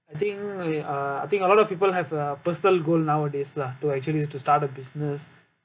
I think we uh I think a lot of people have a personal goal nowadays lah to actually to start a business